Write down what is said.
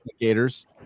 Gators